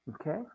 okay